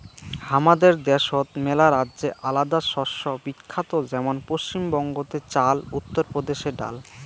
হামাদের দ্যাশোত মেলারাজ্যে আলাদা শস্য বিখ্যাত যেমন পশ্চিম বঙ্গতে চাল, উত্তর প্রদেশে ডাল